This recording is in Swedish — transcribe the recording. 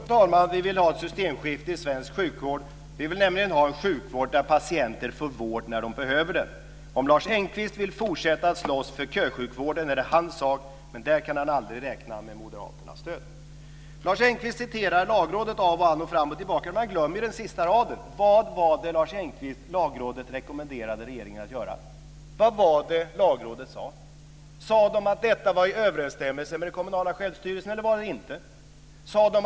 Fru talman! Ja, vi vill ha ett systemskifte i svensk sjukvård. Vi vill nämligen ha en sjukvård där patienter får vård när de behöver den. Om Lars Engqvist vill fortsätta att slåss för kösjukvården är det hans sak, men där kan han aldrig räkna med Moderaternas stöd. Lars Engqvist citerar Lagrådet av och an och fram och tillbaka. Men han glömmer ju den sista raden! Vad var det som Lagrådet rekommenderade regeringen att göra, Lars Engqvist? Vad var det Lagrådet sade? Sade Lagrådet att detta var i överensstämmelse med den kommunala självstyrelsen, eller att det inte var det?